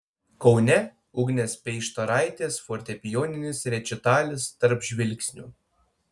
kaune ugnės peištaraitės fortepijoninis rečitalis tarp žvilgsnių